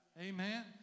Amen